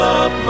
up